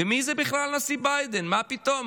ומי זה בכלל הנשיא ביידן, מה פתאום?